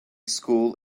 school